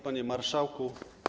Panie Marszałku!